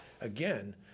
Again